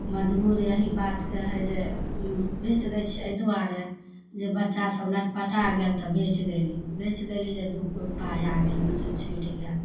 मजबूर एहि बातके हइ जे ई बेच दै छियै एहि दुआरे जे बच्चा सब लटपटा गेल तऽ बेच देली बेच देली जे दूगो पाइ आ गेल नहि तऽ छूटि गेल